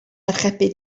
archebu